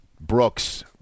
Brooks